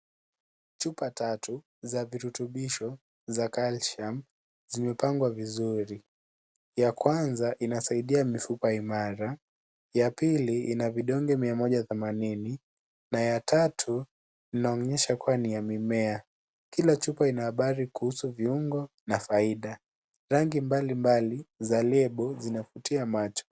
Chupa tatu za virutubisho, za Calcium, zimepangwa vizuri. Ya kwanza, ni kusaidia mifupa imara, ya pili, ya pili ina vidonge mia moja themanini na tatu inaonyesha kuwa ni ya mimea. Kila chupa ina habari kuhusu viungo na faida. Na rangi mbalimbali za lebo zinavutia macho.